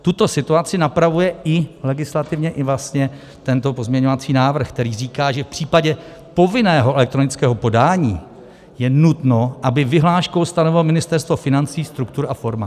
Tuto situaci napravuje i legislativně i vlastně tento pozměňovací návrh, který říká, že v případě povinného elektronického podání je nutno, aby vyhláškou stanovilo Ministerstvo financí strukturu a formát.